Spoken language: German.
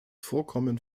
vorkommen